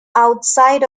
outside